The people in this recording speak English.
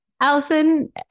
Allison